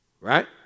right